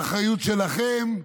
האחריות שלכם,